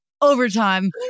overtime